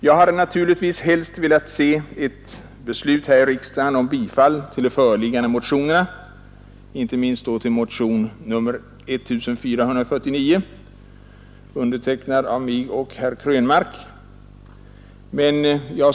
Jag hade naturligtvis helst sett ett beslut här i riksdagen innebärande bifall till de föreliggande motionerna, men jag skall avstå från att yrka bifall till dem.